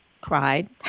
cried